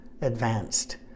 advanced